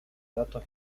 datos